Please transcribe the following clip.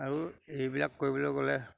আৰু এইবিলাক কৰিবলৈ গ'লে